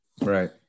right